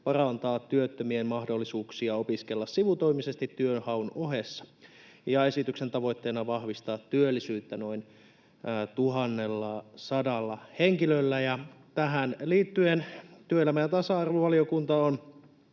parantaa työttömien mahdollisuuksia opiskella sivutoimisesti työnhaun ohessa. Esityksen tavoitteena on vahvistaa työllisyyttä noin 1 100 henkilöllä. Tähän liittyen työelämä- ja tasa-arvovaliokunta on